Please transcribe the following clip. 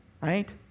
right